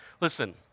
Listen